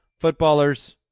footballers